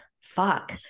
fuck